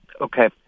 Okay